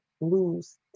lose